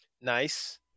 nice